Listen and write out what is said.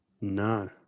No